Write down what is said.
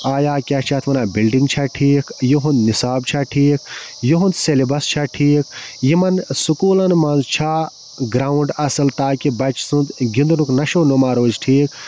آیا کیٛاہ چھِ اَتھ وَنان بِلڈِنٛگ چھا ٹھیٖک یِہُنٛد نِصاب چھا ٹھیٖک یِہُنٛد سٮ۪لبَس چھا ٹھیٖک یِمَن سُکوٗلَن منٛز چھا گرٛاوٕنٛڈ اَصٕل تاکہِ بَچہٕ سُنٛد گِنٛدنُک نشو نما روزِ ٹھیٖک